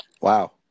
Wow